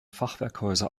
fachwerkhäuser